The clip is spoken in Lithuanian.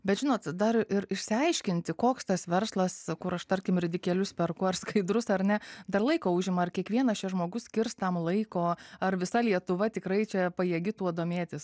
bet žinot dar ir išsiaiškinti koks tas verslas kur aš tarkim ridikėlius perku ar skaidrus ar ne dar laiko užima ar kiekvienas čia žmogus skirs tam laiko ar visa lietuva tikrai čia pajėgi tuo domėtis